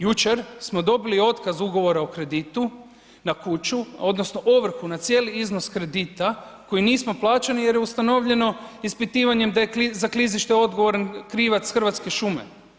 Jučer smo dobili otkaz ugovora o kreditu na kuću odnosno ovrhu na cijeli iznos kredita koji nismo plaćali jer je ustanovljeno ispitivanjem da je za klizište odgovoran krivac Hrvatske šume.